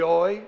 Joy